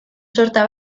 sorta